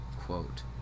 Quote